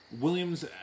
williams